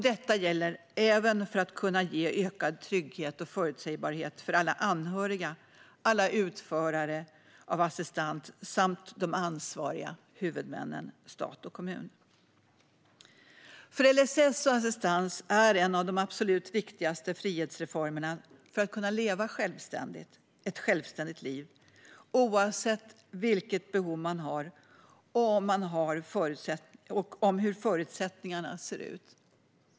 Detta gäller även för att kunna ge ökad trygghet och förutsägbarhet för alla anhöriga, alla utförare av assistans samt de ansvariga huvudmännen, det vill säga stat och kommun. LSS och assistans är en av de absolut viktigaste frihetsreformerna för att man ska kunna leva ett självständigt liv, oavsett vilka behov man har och hur förutsättningarna ser ut.